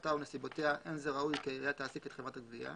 חומרתה או נסיבותיה אין זה ראוי כי העירייה תעסיק את חברת הגבייה,